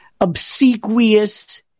obsequious